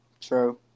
True